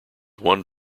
one